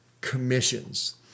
Commissions